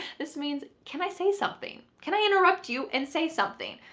this means, can i say something? can i interrupt you and say something?